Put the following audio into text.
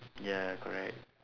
ya correct